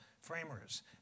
framers